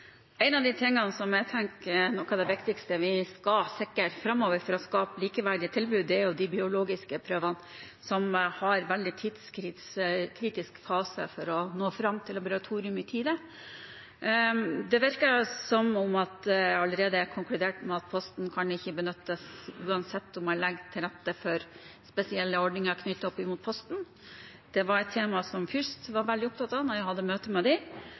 det viktigste vi skal sikre framover for å skape likeverdige tilbud, er de biologiske prøvene, som er i en veldig tidskritisk fase når det gjelder å nå fram til laboratoriet i tide. Det virker som om det allerede er konkludert med at Posten ikke kan benyttes uansett om man legger til rette for spesielle ordninger knyttet til Posten. Det var et tema Fürst var veldig opptatt av da jeg hadde møte med